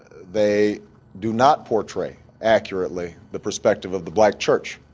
they do not portray accurately the perspective of the black church.